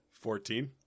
fourteen